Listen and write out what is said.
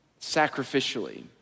sacrificially